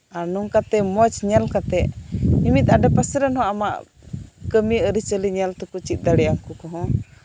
ᱟᱨ ᱱᱚᱝᱠᱟᱛᱮ ᱢᱚᱪ ᱧᱮᱞᱠᱟᱛᱮᱜ ᱢᱤᱢᱤᱫ ᱟᱰᱮ ᱯᱟᱥᱮᱨᱮᱱ ᱦᱚᱸ ᱟᱢᱟᱜ ᱠᱟᱹᱢᱤ ᱟᱹᱨᱤᱪᱟᱹᱞᱤ ᱧᱮᱞᱛᱮᱠᱩ ᱪᱤᱫ ᱫᱟᱲᱤᱭᱟᱜᱼᱟ ᱩᱱᱠᱩ ᱠᱚᱦᱚᱸ